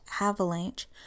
avalanche